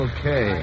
Okay